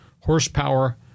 horsepower